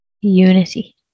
unity